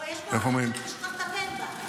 לא, יש פה --- שצריך לטפל בה.